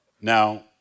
Now